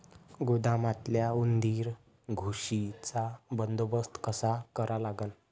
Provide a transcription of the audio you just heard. गोदामातल्या उंदीर, घुशीचा बंदोबस्त कसा करा लागन?